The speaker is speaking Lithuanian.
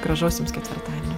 gražaus jums ketvirtadienio